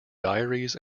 diaries